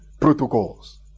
protocols